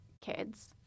kids